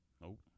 Nope